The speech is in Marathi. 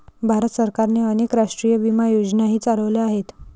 भारत सरकारने अनेक राष्ट्रीय विमा योजनाही चालवल्या आहेत